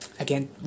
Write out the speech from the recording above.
Again